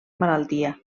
malaltia